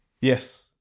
Yes